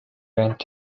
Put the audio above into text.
went